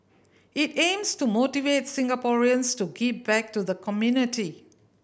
it aims to motivate Singaporeans to give back to the community